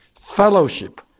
fellowship